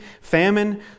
famine